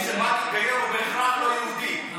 כי מי שבא להתגייר הוא בהכרח לא יהודי,